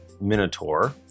minotaur